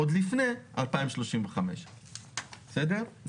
עוד לפני 2035. זה